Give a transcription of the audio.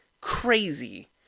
crazy